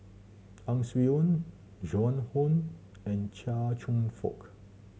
Ang Swee Aun Joan Hon and Chia Cheong Fook